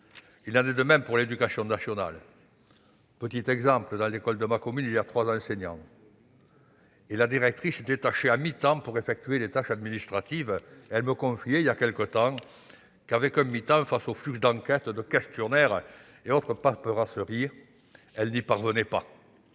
Il en est de même pour l'éducation nationale. Prenons l'exemple de l'école de ma commune où travaillent trois enseignants. Sa directrice est détachée à mi-temps pour effectuer des tâches administratives. Celle-ci me confiait il y a peu que, face aux flux d'enquêtes, de questionnaires et autres paperasseries, elle n'y parvenait pas